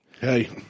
Hey